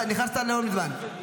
נכנסת לא מזמן.